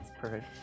Perfect